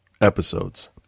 episodes